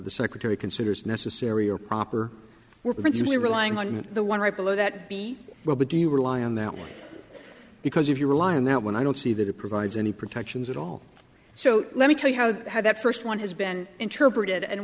the secretary considers necessary or proper we're going to be relying on the one right below that be well but do you rely on that one because if you rely on that one i don't see that it provides any protections at all so let me tell you how the how that first one has been interpreted and